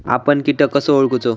आपन कीटक कसो ओळखूचो?